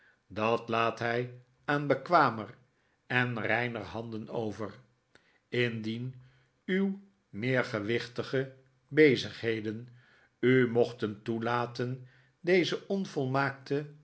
dat laat hij aan bekwamer en reiner handen over indien uw meer gewichtige bezigheden u mochten toelaten deze onvolmaakte